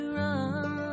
run